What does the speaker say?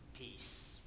peace